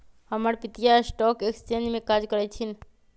हमर पितिया stock exchange में काज करइ छिन्ह